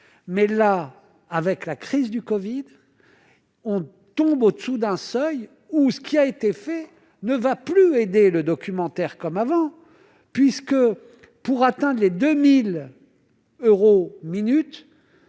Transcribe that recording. mais là, avec la crise du Covid on tombe au-dessous d'un seuil ou ce qui a été fait ne va plus aider le documentaire comme avant puisque pour atteinte, les 2000 euros minutes